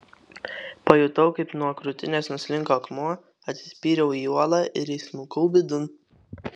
pajutau kaip nuo krūtinės nuslinko akmuo atsispyriau į uolą ir įsmukau vidun